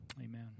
Amen